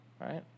right